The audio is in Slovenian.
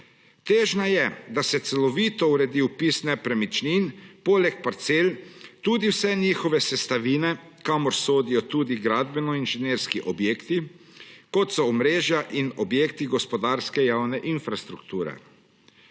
Težnja je, da se celovito uredi vpis nepremičnin; poleg parcel tudi vse njihove sestavine, kamor sodijo tudi gradbeni inženirski objekti, kot so omrežja in objekti gospodarske javne infrastrukture.